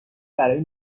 برای